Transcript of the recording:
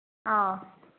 ꯑꯥ